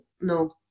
No